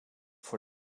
voor